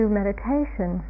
meditation